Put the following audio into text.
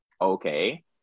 Okay